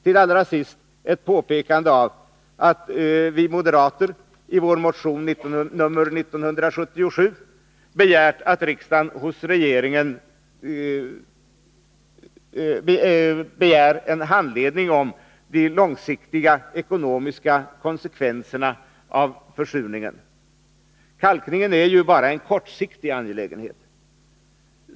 Till allra sist ett påpekande av att vi moderater i vår motion 1977 föreslagit att riksdagen hos regeringen begär en utredning om de långsiktiga ekonomiska konsekvenserna av försurningen. Kalkningen är ju bara en kortsiktig angelägenhet.